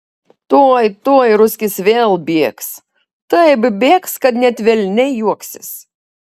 tuoj tuoj ruskis vėl bėgs taip bėgs kad net velniai juoksis